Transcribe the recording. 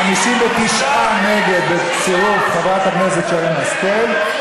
59 נגד, בצירוף חברת הכנסת שרן השכל.